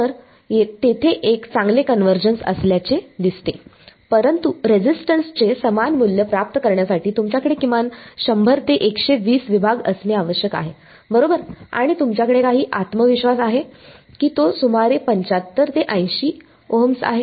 तर तेथे एक चांगले कन्वर्जन्स असल्याचे दिसते परंतु रेझिस्टन्सचे समान मूल्य प्राप्त करण्यासाठी तुमच्याकडे किमान 100 ते 120 विभाग असणे आवश्यक आहे बरोबर आणि तुमच्याकडे काही आत्मविश्वास आहे की तो सुमारे 75 ते 80 ओहम्स आहे